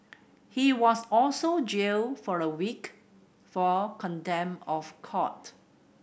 he was also jailed for a week for contempt of court